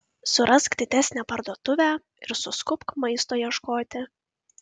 surask didesnę parduotuvę ir suskubk maisto ieškoti